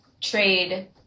trade